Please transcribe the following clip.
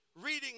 reading